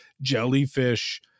jellyfish